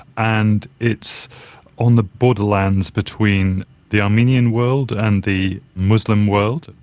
and it's on the borderlands between the armenian world and the muslim world,